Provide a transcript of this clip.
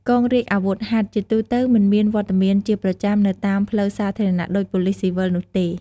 កងរាជអាវុធហត្ថជាទូទៅមិនមានវត្តមានជាប្រចាំនៅតាមផ្លូវសាធារណៈដូចប៉ូលិសស៊ីវិលនោះទេ។